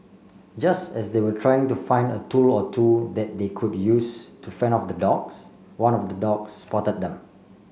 just as they were trying to find a tool or two that they could use to fend off the dogs one of the dogs spotted them